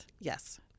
yes